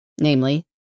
Namely